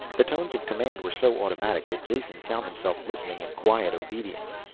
the tones of command were so automatic that jason found himself listening in quiet obedience.